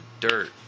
dirt